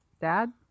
Dad